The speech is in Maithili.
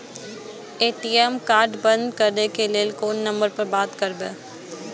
ए.टी.एम कार्ड बंद करे के लेल कोन नंबर पर बात करबे?